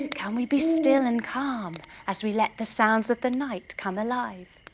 can we be still and calm as we let the sounds of the night come alive?